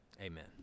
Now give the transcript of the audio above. amen